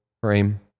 frame